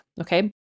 Okay